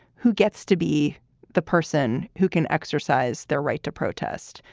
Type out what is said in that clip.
who gets to be the person who can exercise their right to protest?